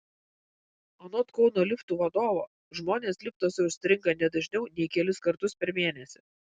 anot kauno liftų vadovo žmonės liftuose užstringa ne dažniau nei kelis kartus per mėnesį